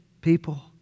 people